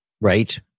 Right